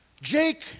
Jake